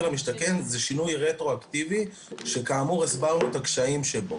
למשתכן זה שינוי רטרואקטיבי שכאמור הסברנו את הקשיים שבו.